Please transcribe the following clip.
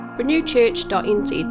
renewchurch.nz